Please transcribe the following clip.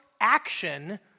action